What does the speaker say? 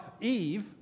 Eve